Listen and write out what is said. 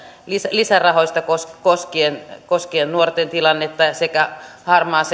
lisärahoista koskien koskien nuorten tilannetta sekä harmaasta